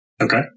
Okay